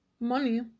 money